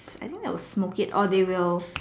I think they'll smoke or they will